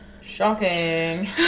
Shocking